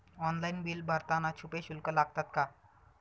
Online bill भरताना छुपे शुल्क लागतात का?